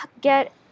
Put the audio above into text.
get